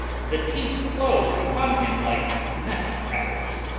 the teeth closed upon him like nutcrackers.